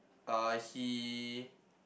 uh he